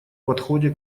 подходе